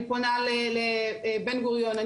אני פונה לבן גוריון,